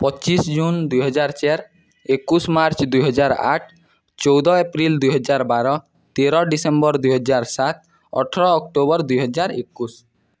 ପଚିଶ ଜୁନ ଦୁଇହଜାର ଚାରି ଏକୋଇଶ ମାର୍ଚ୍ଚ ଦୁଇହଜାର ଆଠ ଚଉଦ ଏପ୍ରିଲ ଦୁଇହଜାର ବାର ତେର ଡିସେମ୍ବର ଦୁଇହଜାର ସାତ ଅଠର ଅକ୍ଟୋବର ଦୁଇହଜାର ଏକୋଇଶ